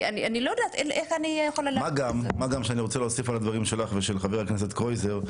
אני רוצה להוסיף על הדברים שלך ושל חבר הכנסת קרויזר.